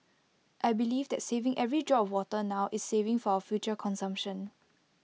I believe that saving every drop of water now is saving for our future consumption